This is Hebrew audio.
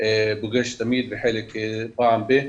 פוגש תמיד וחלק פעם ב-.